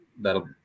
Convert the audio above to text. that'll